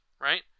right